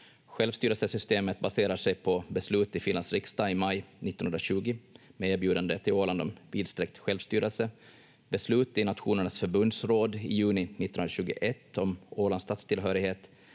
Självstyrelsesystemet baserar sig på beslut i Finlands riksdag i maj 1920 med erbjudande till Åland om vidsträckt självstyrelse, beslut i Nationernas förbunds råd i juni 1921 om Ålands statstillhörighet,